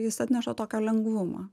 jis atneša tokio lengvumo